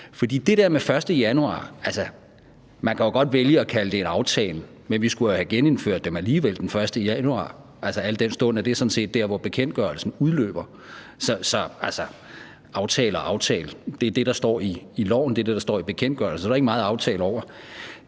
det der med 1. januar: Altså, man kan jo godt vælge at kalde det en aftale, men vi skulle jo have gennemført dem alligevel den 1. januar, al den stund at det sådan set er der, bekendtgørelsen udløber – så aftale og aftale. Det er det, der står i loven, det er det, der står i bekendtgørelsen, og det er der ikke meget aftale over.